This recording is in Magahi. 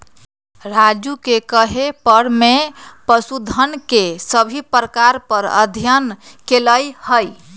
राजू के कहे पर मैं पशुधन के सभी प्रकार पर अध्ययन कैलय हई